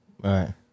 Right